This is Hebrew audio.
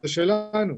זה שלנו,